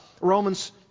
Romans